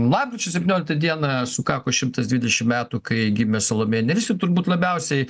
lapkričio septynioliktą dieną sukako šimtas dvidešim metų kai gimė salomėja nėris ir turbūt labiausiai